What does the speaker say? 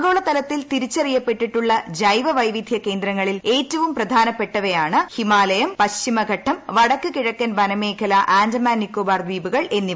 ആഗോളതലത്തിൽ തിരിച്ചറിയപ്പെട്ടിട്ടുള്ള ജൈവ വൈവിദ്ധ്യ കേന്ദ്രങ്ങളിൽ ഏറ്റവും പ്രധാനപ്പെട്ടവയാണ് ഹിമാലയം പശ്ചിമഘട്ടം വടക്കുകിഴക്കൻ വനമേഖല ആന്റമാൻ നിക്കോബാർ ദ്വീപുകൾ എന്നിവ